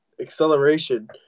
acceleration